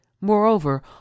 Moreover